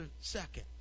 second